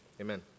amen